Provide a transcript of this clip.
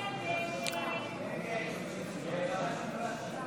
הסתייגות 5 לא נתקבלה.